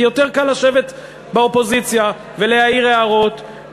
כי יותר קל לשבת באופוזיציה ולהעיר הערות,